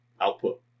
output